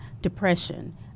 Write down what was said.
depression